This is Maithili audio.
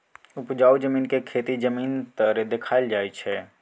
उपजाउ जमीन के खेती जमीन तरे देखाइल जाइ छइ